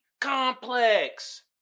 Complex